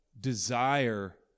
desire